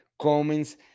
comments